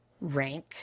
rank